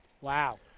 Wow